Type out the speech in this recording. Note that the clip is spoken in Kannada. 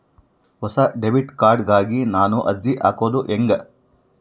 ಹೊಸ ಡೆಬಿಟ್ ಕಾರ್ಡ್ ಗಾಗಿ ನಾನು ಅರ್ಜಿ ಹಾಕೊದು ಹೆಂಗ?